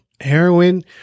heroin